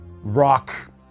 rock